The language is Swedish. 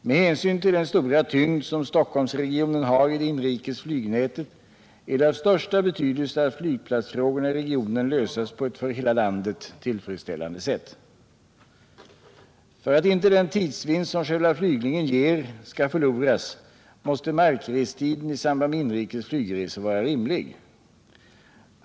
Med hänsyn till den stora tyngd som Stockholmsregionen har i det inrikes flygnätet är det av största betydelse att flygplatsfrågorna i regionen löses på ett för hela landet tillfredsställande sätt. För att inte den tidsvinst som själva flygningen ger skall förloras måste markrestiden i samband med inrikes flygresor vara rimlig.